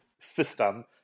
system